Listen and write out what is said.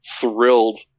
thrilled